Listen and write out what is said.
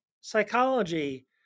psychology